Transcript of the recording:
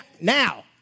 now